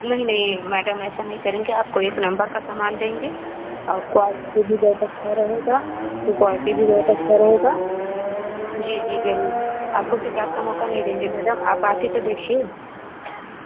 नही नहीं मैडम ऐसा नही करेंगे आपको एक नंबर का सामान देंगे और क्वालिटी भी बहुत अच्छा रहेगा उसकी क्वालिटी भी बहुत अच्छा रहेगा जी जी ज़रूर आपको शिकायत का मौका नही देंगे मैडम आप आकर तो देखिए